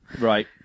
right